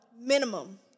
minimum